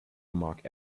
mark